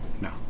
No